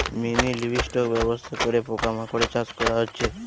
mini livestock ব্যবস্থা করে পোকা মাকড়ের চাষ করা হচ্ছে